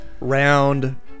round